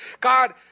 God